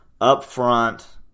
upfront